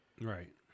Right